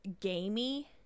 gamey